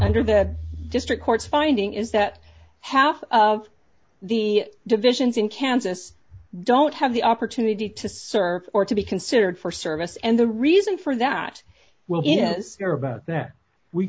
under that district court's finding is that half of the divisions in kansas don't have the opportunity to serve or to be considered for service and the reason for that will